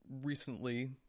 recently